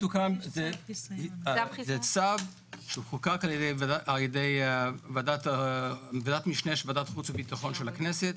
2016. זה צו שחוקק על ידי ועדת משנה של ועדת החוץ והביטחון של הכנסת,